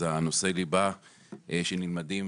אז נושאי הליבה שנלמדים,